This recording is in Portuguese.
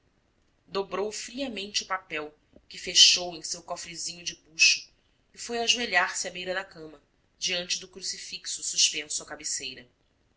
dobrou friamente o papel que fechou em seu cofrezinho de buxo e foi ajoelhar-se à beira da cama diante do crucifixo suspenso à cabeceira